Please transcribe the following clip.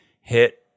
hit